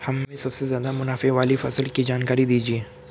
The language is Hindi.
हमें सबसे ज़्यादा मुनाफे वाली फसल की जानकारी दीजिए